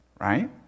Right